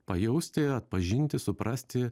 pajausti atpažinti suprasti